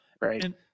right